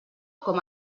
com